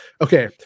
okay